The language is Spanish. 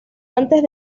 antes